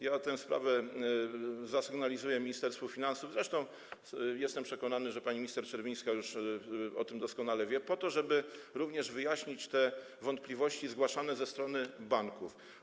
Ja tę sprawę zasygnalizuję Ministerstwu Finansów - zresztą jestem przekonany, że pani minister Czerwińska już o tym doskonale wie - po to, żeby również wyjaśnić te wątpliwości zgłaszane ze strony banków.